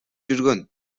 жүргөн